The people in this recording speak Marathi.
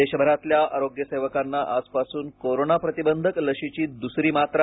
देशभरातल्या आरोग्यसेवकांना आजपासून कोरोना प्रतिबंधक लशीची दुसरी मात्रा